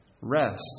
Rest